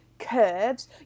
curves